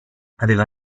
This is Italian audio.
aveva